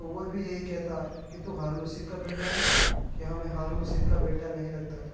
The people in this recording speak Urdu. تو وہ بھی یہی کہتا کہ تو ہارون رشید کا بیٹا ہے کہ ہمیں ہارون رشید کا بیٹا نہیں لگتا تو